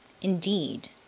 indeed